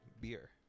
beer